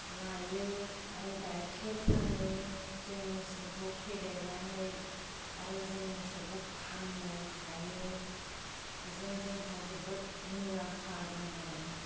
लायो आरो गायखेर फानो जों मोसौखौ फेदेरनानै आरो जों मोसौखौ फाननो हायो बेजों जोबोद मुलाम्फा दं आरो